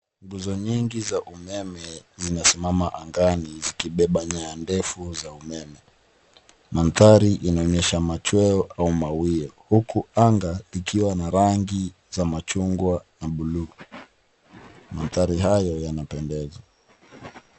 Nguzo nyingi za umeme zimesimama angani zikibeba nyaya ndefu za umeme. Mandhari inaonyesha machweo au mawio huku anga likiwa na rangi za machungwa na blue . Mandhari hayo yanapendeza.